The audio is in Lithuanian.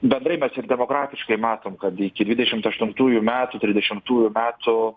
bendrai mes ir demokratiškai matom kad iki dvidešimt aštuntųjų metų trisdešimtųjų metų